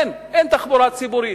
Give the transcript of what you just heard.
אין תחבורה ציבורית.